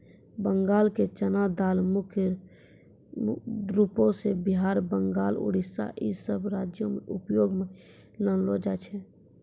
बंगालो के चना दाल मुख्य रूपो से बिहार, बंगाल, उड़ीसा इ सभ राज्यो मे उपयोग मे लानलो जाय छै